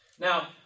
Now